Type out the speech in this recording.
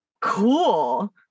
Cool